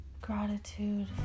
gratitude